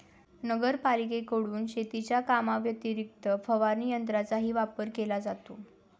नगरपालिकेकडून शेतीच्या कामाव्यतिरिक्त फवारणी यंत्राचाही वापर केला जातो